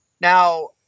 Now